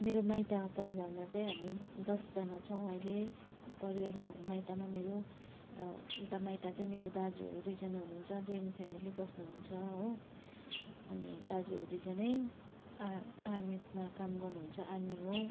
मेरो माइत परिवारमा चाहिँ हामी दसजना छौँ अहिले परिवारमा माइतमा मेरो उता माइत चाहिँ मेरो दाजुहरू दुईजना हुनुहुन्छ जोइन्ट फेमिली बस्नुहुन्छ हो अनि दाजुहरू दुईजनै आ आर्मीमा काम गर्नुहुन्छ आर्मी हो